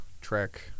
Track